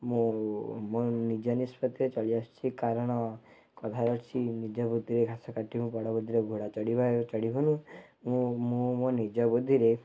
ମୁଁ ମୋ ନିଜ ନିଷ୍ପତିରେ ଚାଲି ଆସୁଛି କାରଣ କଥାରେ ଅଛି ନିଜ ବୁଦ୍ଧିରେ ଘାସ କାଟିବ ପର ବୁଦ୍ଧିରେ ଘୋଡ଼ା ଚଢ଼ିବା ଚଢିହେବ ଓ ମୁଁ ମୋ ନିଜ ବୁଦ୍ଧିରେ